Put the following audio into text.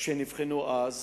שנבחנו אז,